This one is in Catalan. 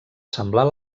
semblar